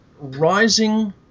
rising